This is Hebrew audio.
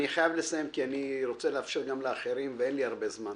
אני חייב לסיים כי אני רוצה לאפשר גם לאחרים לדבר ואין לי הרבה זמן.